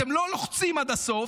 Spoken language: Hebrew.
אתם לא לוחצים עד הסוף.